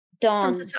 Dawn